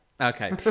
Okay